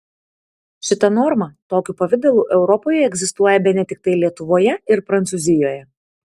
šita norma tokiu pavidalu europoje egzistuoja bene tiktai lietuvoje ir prancūzijoje